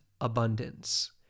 abundance